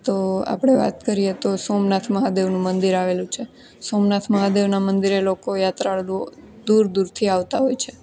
તો આપણે વાત કરીએ તો સોમનાથ મહાદેવનું મંદિર આવેલું છે સોમનાથ મહાદેવના મંદિરે લોકો યાત્રાળુઓ દૂર દૂરથી આવતા હોય છે